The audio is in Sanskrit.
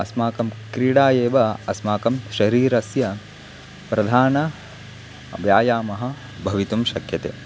अस्माकं क्रीडा एव अस्माकं शरीरस्य प्रधानव्यायामः भवितुं शक्यते